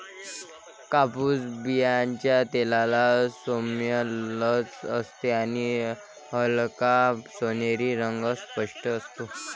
कापूस बियांच्या तेलाला सौम्य चव असते आणि हलका सोनेरी रंग स्पष्ट असतो